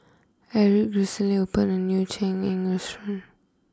Aric recently opened a new Cheng Eng restaurant